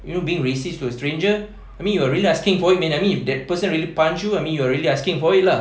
you know being racist to a stranger I mean you're really asking for it man I mean if that person really punch you I mean you're really asking for it lah